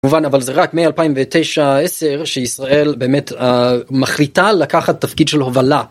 מובן אבל זה רק מאלפיים ותשע עשר שישראל באמת מחליטה לקחת תפקיד של הובלה.